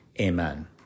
Amen